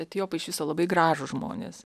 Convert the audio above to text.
etiopai iš viso labai gražūs žmonės